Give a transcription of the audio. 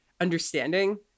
understanding